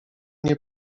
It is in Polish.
nie